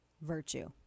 virtue